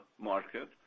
market